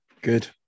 good